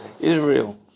Israel